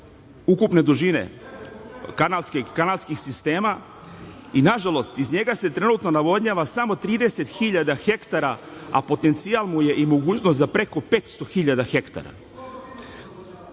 ukupne dužine kanalskih sistema i nažalost iz njega se trenutno navodnjava samo 30 hiljada hektara, a potencijal mu je i mogućnost za preko 500 hiljada